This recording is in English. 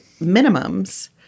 minimums